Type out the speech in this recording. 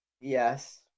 Yes